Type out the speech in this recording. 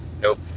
Nope